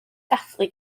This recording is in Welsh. dathlu